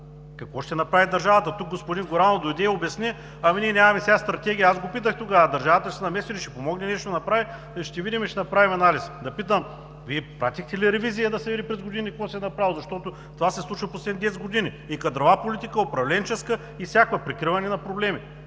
Какво ще направи държавата? Тук господин Горанов дойде и обясни: „Ами ние нямаме сега стратегия“. Аз го питах тогава: „Държавата ще се намеси ли, ще помогне ли нещо да се направи“? – „Ще видим и ще направим анализ.“ Питам: „Вие правихте ли ревизия да се види през годините какво се е направило, защото това се случва в последните десет години – и кадрова политика, управленческа и всякаква, прикриване на проблеми?“